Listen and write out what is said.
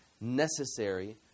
necessary